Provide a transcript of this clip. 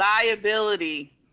Liability